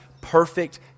perfect